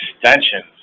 extensions